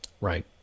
Right